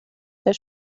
der